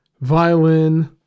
violin